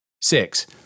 Six